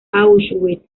auschwitz